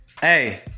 Hey